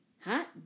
Hot